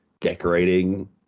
decorating